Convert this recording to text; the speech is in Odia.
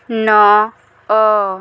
ନଅ